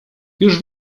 już